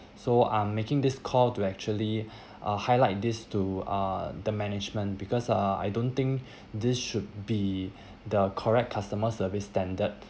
so I'm making this call to actually uh highlight in this to uh the management because uh I don't think this should be the correct customer service standard